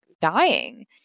dying